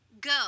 go